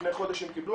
לפני חודש הם קיבלו,